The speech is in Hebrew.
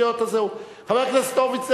חבר הכנסת הורוביץ,